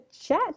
chat